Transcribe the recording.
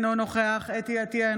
אינו נוכח חוה אתי עטייה,